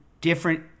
different